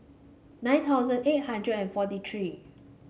nine thousand eight hundred and forty three